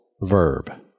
verb